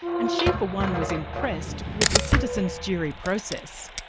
and she, for one, was impressed with the citizens' jury process.